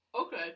Okay